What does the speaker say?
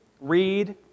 read